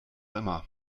immer